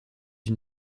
une